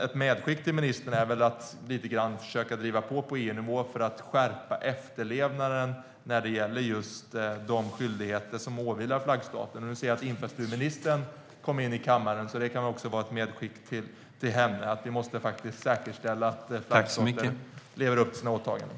Ett medskick till ministern är att han kan försöka driva på lite grann på EU-nivå för att skärpa efterlevnaden av de skyldigheter som åvilar flaggstaten. Nu ser jag att infrastrukturministern kommit in i kammaren, så det kan vara ett medskick också till henne att vi måste säkerställa att flaggstater lever upp till sina åtaganden.